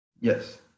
Yes